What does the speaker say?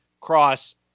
cross